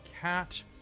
Cat